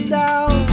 down